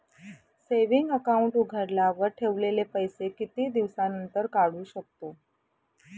Saving account उघडल्यावर ठेवलेले पैसे किती दिवसानंतर काढू शकतो?